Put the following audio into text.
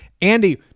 Andy